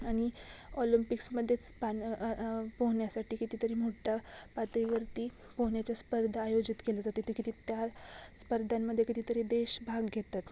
आनि ऑलम्पिक्समदेच पान पोहन्यासाटी कितीतरी मोठ्ठा पातळीवरती पोहन्याच्या स्पर्धा आयोजित केल्या जाते ते किती त्या स्पर्धांमदे कितीतरी देश भाग घेतात